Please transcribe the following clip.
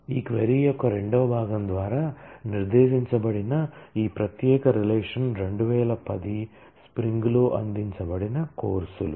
ఈ క్వరీ యొక్క రెండవ భాగం ద్వారా నిర్దేశించబడిన ఈ ప్రత్యేక రిలేషన్ 2010 స్ప్రింగ్ లో అందించబడిన కోర్సులు